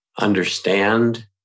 understand